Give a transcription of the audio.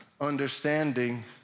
understanding